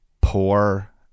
poor